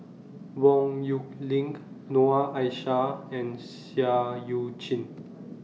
Yong Nyuk Lin Noor Aishah and Seah EU Chin